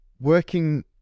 working